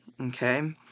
okay